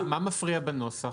מה מפריע בנוסח?